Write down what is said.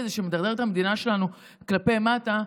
שמדרדר את המדינה שלנו כלפי מטה,